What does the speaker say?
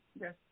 Yes